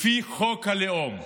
לפי חוק הלאום,